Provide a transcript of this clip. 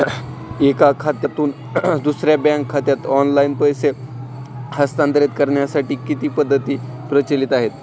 एका खात्यातून दुसऱ्या बँक खात्यात ऑनलाइन पैसे हस्तांतरित करण्यासाठी किती पद्धती प्रचलित आहेत?